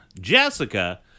Jessica